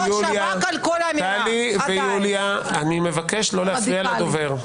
טלי ויוליה, מבקש לא להפריע לדובר.